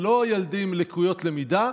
ולא ילדים עם לקויות למידה,